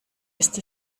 ist